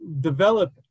develop